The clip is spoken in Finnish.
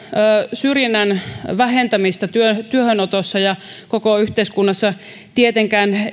syrjinnän vähentämistä työhönotossa ja koko yhteiskunnassa tietenkään